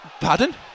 Pardon